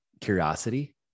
curiosity